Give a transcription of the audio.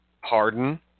Harden